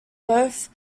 both